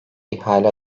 ihale